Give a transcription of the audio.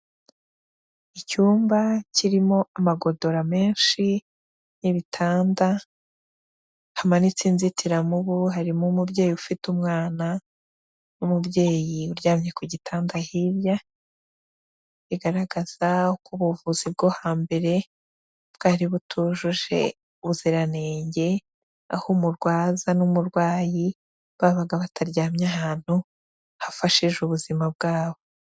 Icyumba kirimo amagodora menshi n'ibitanda hamanitse inzitiramubu harimo umubyeyi ufite umwana n'umubyeyi uryamye ku gitanda hirya, bigaragaza ko ubuvuzi bwo ha mbere bwari butujuje ubuziranenge, aho umurwaza n'umurwayi babaga bataryamye ahantu hafashije ubuzima bwabo.